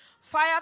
Fire